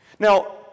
Now